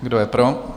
Kdo je pro?